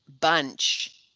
bunch